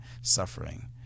suffering